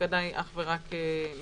ההפקדה היא אך ורק מקוונת.